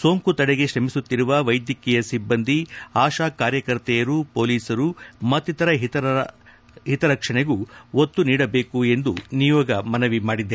ಸೋಂಕು ತಡೆಗೆ ಕ್ರಮಿಸುತ್ತಿರುವ ವೈದ್ಯಕೀಯ ಸಿಬ್ಲಂದಿ ಆಶಾ ಕಾರ್ಯಕರ್ತೆಯರು ಪೊಲೀಸರು ಮತ್ತಿತರ ಹಿತರಕ್ಷಣೆಗೂ ಒತ್ತು ನೀಡಬೇಕು ಎಂದು ನಿಯೋಗ ಮನವಿ ಮಾಡಿದೆ